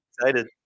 excited